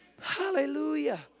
Hallelujah